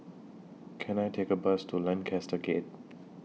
Can I Take A Bus to Lancaster Gate